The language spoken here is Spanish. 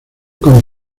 con